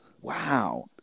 Wow